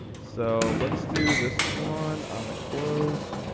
so let's do this one on the close.